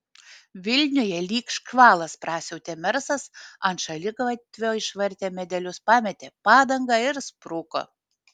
vilniuje lyg škvalas prasiautė mersas ant šaligatvio išvartė medelius pametė padangą ir spruko